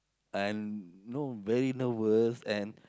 and know very nervous and